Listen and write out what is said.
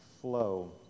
flow